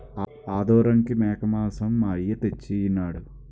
ఆదోరంకి మేకమాంసం మా అయ్య తెచ్చెయినాడు